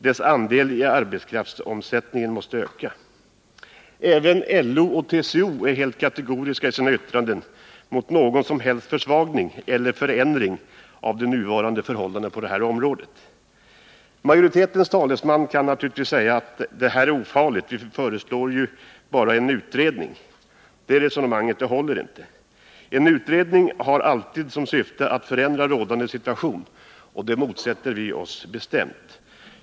Dess andel i arbetskraftsomsättningen måste öka.” Även LO och SACO är helt kategoriska i sina yttranden mot någon som helst försvagning eller förändring av de nuvarande förhållandena på det här området. Majoritetens talesman kan naturligtvis säga att det är ofarligt att tillsätta en utredning. Men det resonemanget håller inte. En utredning har alltid till syfte att förändra rådande situation. Och det motsätter vi oss bestämt.